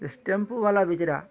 ଇସ୍ ଟେମ୍ପୋବାଲା ବିଚରା